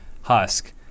husk